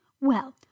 Well